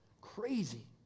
Crazy